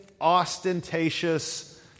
ostentatious